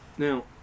Now